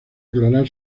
aclarar